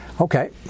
Okay